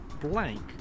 blank